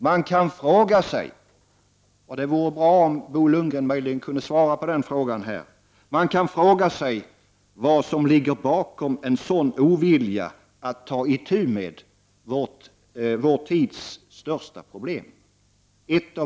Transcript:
Man kan fråga sig — och det vore bra om Bo Lundgren kunde ge ett svar här — vad som ligger bakom en sådan ovilja att ta itu med ett av vår tids största problem.